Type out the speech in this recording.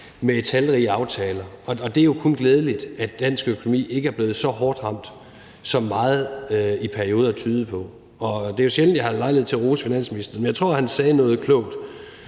med talrige aftaler. Det er jo kun glædeligt, at dansk økonomi ikke er blevet så hårdt ramt, som meget i perioder tydede på. Det er jo sjældent, at jeg har lejlighed til at rose finansministeren, men jeg tror, at han sagde noget klogt